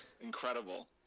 incredible